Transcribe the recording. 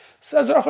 Says